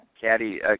caddy